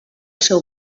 seu